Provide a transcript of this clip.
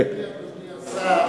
אדוני השר,